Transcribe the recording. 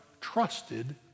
trusted